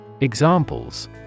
Examples